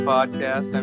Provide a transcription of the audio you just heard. Podcast